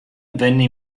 venne